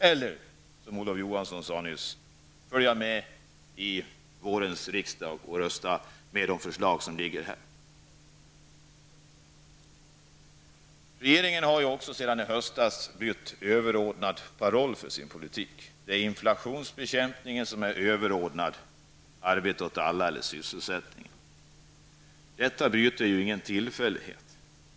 Eller tänker man, som Olof Johansson nyss sade, här i riksdagen under våren rösta för de föreliggande förslagen? Regeringen har sedan i höstas bytt överordnad paroll för sin politik. Inflationsbekämpningen är överordnad kravet på arbete och sysselsättning åt alla. Detta byte är ingen tillfällighet.